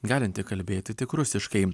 galinti kalbėti tik rusiškai